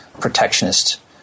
protectionist